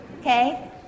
Okay